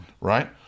Right